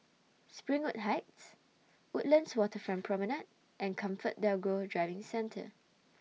Springwood Heights Woodlands Waterfront Promenade and ComfortDelGro Driving Centre